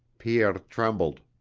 pierre trembled.